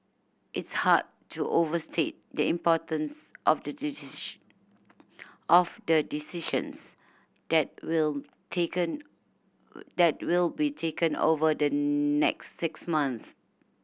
it's hard to overstate the importance of the decision of the decisions that will taken that will be taken over the next six months